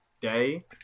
day